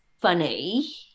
funny